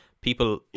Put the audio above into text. people